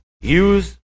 Use